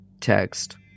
text